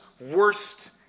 worst